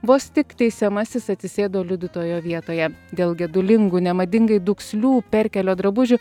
vos tik teisiamasis atsisėdo liudytojo vietoje dėl gedulingų nemadingai dukslių perkelio drabužių